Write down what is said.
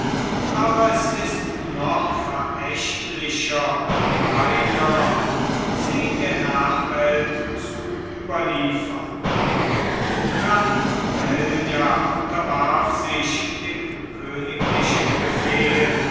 aber es ist noch verächtlicher und kleiner sie der nachwelt zu überliefern granvella unterwarf sich dem königlichen befehl